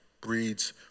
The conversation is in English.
breeds